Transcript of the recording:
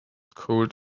cold